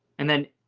and then,